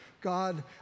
God